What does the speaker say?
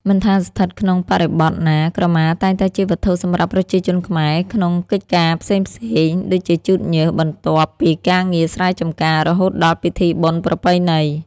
មិនថាស្ថិតក្នុងបរិបទណា ក្រមាតែងតែជាវត្ថុសម្រាប់ប្រជាជនខ្មែរក្នុងកិច្ចការផ្សេងៗ ដូចជាជូតញើសបន្ទាប់ពីការងារស្រែចម្ការរហូតដល់ពិធីបុណ្យប្រពៃណី។